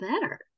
better